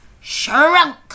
shrunk